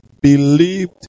believed